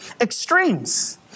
extremes